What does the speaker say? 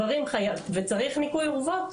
וצריך ניקוי אורוות.